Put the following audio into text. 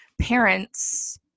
parents –